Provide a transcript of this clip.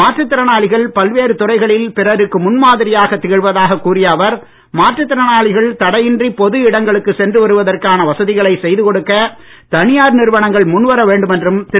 மாற்றுத் திறனாளிகள் பல்வேறு துறைகளில் பிறருக்கு முன்மாதிரியாகத் திகழ்வதாகக் கூறிய அவர் மாற்றுத் திறனாளிகள் தடையின்றி பொது இடங்களுக்கு சென்று வருவதற்கான வசதிகளை செய்துகொடுக்க தனியார் நிறுவனங்கள் முன்வர வேண்டுமென்றும் திரு